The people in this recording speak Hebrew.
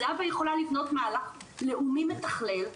זהבה יכולה לבנות מהלך לאומי מתכלל,